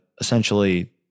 essentially